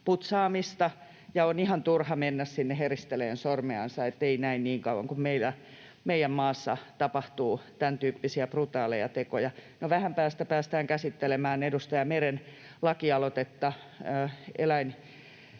putsaamista, joten on ihan turha mennä sinne heristelemään sormeansa, ettei näin, niin kauan kuin meillä, meidän maassa tapahtuu tämän tyyppisiä brutaaleja tekoja. No, vähän päästä päästään käsittelemään edustaja Meren lakialoitetta